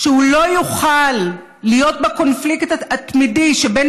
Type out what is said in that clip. שהוא לא יוכל להיות בקונפליקט התמידי שבין